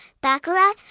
baccarat